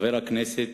חבר הכנסת